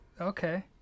Okay